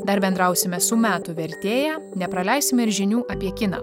dar bendrausime su metų vertėja nepraleisime ir žinių apie kiną